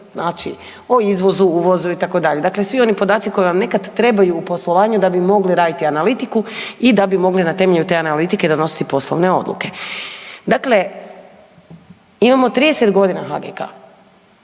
znači o izvozu, uvozu itd., dakle svi oni podaci koji vam nekad trebaju u poslovanju da bi mogli raditi analitiku i da bi mogli na temelju te analitike donositi poslovne odluke. Dakle, imamo 30 godina HGK,